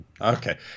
okay